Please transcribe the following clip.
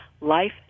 life